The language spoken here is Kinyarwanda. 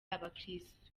abakirisitu